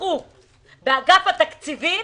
שפיתחו באגף התקציבים,